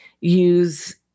use